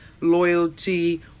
loyalty